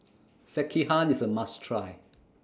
Sekihan IS A must Try